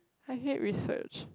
I hate research